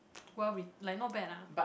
well writ like not bad lah